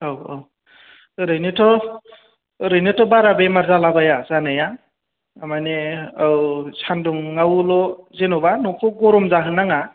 औ औ ओरैनोथ' ओरैनोथ' बारा बेमार जाला बाया जानाया थारमानि औ सानदुङावल' जेन'बा न'खौ गरम जाहोनो नाङा